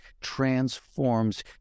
transforms